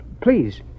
Please